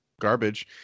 garbage